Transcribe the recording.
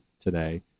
today